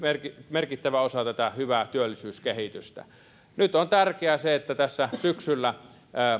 merkittävä osa tätä hyvää työllisyyskehitystä nyt on tärkeää se että tässä syksyllä